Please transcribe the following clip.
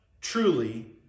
truly